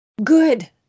Good